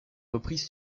reprise